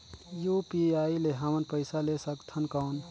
UPI ले हमन पइसा ले सकथन कौन?